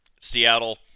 Seattle